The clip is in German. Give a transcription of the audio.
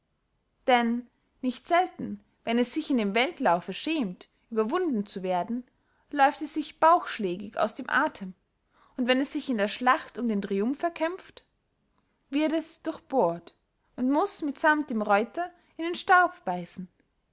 denn nicht selten wenn es sich in dem weltlaufe schämt überwunden zu werden läuft es sich bauchschlägig aus dem athem und wenn es sich in der schlacht um den triumph erkämpft wird es durchbohrt und muß mit samt dem reuter in den staub beissen